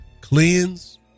cleanse